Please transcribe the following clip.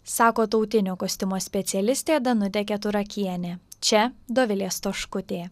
sako tautinio kostiumo specialistė danutė keturakienė čia dovilė stoškutė